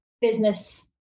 business